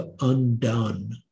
undone